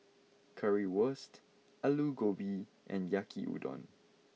Currywurst Alu Gobi and Yaki udon